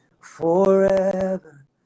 Forever